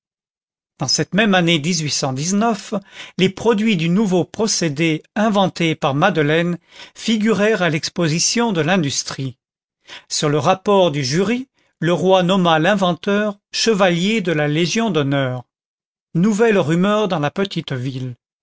dans cette même année les produits du nouveau procédé inventé par madeleine figurèrent à l'exposition de l'industrie sur le rapport du jury le roi nomma l'inventeur chevalier de la légion d'honneur nouvelle rumeur dans la petite ville